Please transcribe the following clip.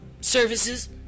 services